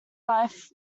life